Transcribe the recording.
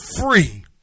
free